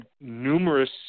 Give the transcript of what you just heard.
numerous